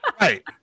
right